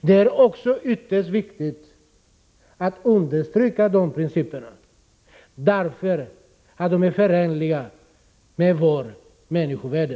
Det är också ytterst viktigt att understryka dessa principer, därför att de är förenliga med vårt människovärde.